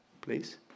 please